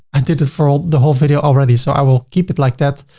i did it for all the whole video already, so i will keep it like that.